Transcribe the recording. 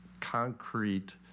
concrete